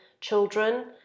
children